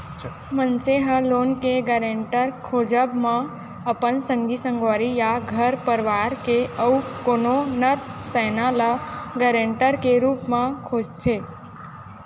मनसे ह लोन के गारेंटर खोजब म अपन संगी संगवारी या घर परवार के अउ कोनो नत सैना ल गारंटर के रुप म खोजथे